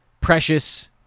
Precious